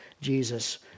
Jesus